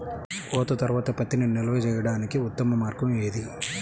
కోత తర్వాత పత్తిని నిల్వ చేయడానికి ఉత్తమ మార్గం ఏది?